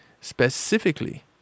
Specifically